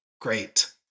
great